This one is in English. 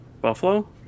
Buffalo